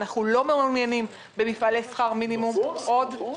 אנחנו לא מעוניינים במפעלי שכר מינימום נוספים,